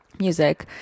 music